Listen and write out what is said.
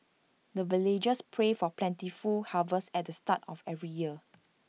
the villagers pray for plentiful harvest at the start of every year